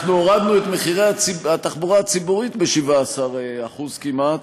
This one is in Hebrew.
אנחנו הורדנו את מחירי התחבורה הציבורית ב-17% כמעט.